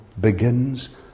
begins